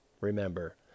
Remember